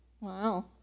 Wow